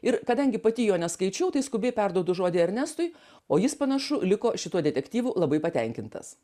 ir kadangi pati jo neskaičiau tai skubiai perduodu žodį ernestui o jis panašu liko šituo detektyvu labai patenkintas